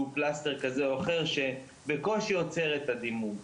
פלסטר כזה או אחר שבקושי עוצר את הדימום,